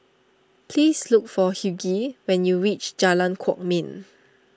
please look for Hughie when you reach Jalan Kwok Min